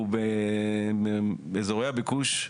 הוא באזורי הביקוש,